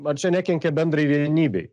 ar čia nekenkia bendrai vienybei